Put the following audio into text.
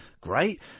great